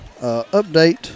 update